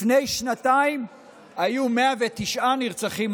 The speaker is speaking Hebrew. לפני שנתיים היו 109 נרצחים.